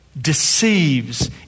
deceives